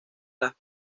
las